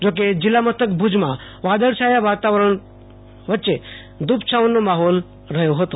જો કે જીલ્લા મથક ભુજમાં વાદળછાયા વાતાવરણ વચે ધુ પછાવનો માફોલ રહ્યો હતો